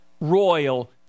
royal